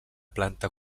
planta